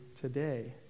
today